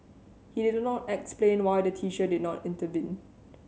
he did not explain why the teacher did not intervene